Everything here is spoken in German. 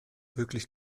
wirklich